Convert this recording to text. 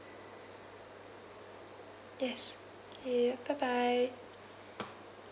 yes ya bye bye